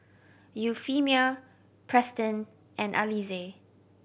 Euphemia Preston and Alize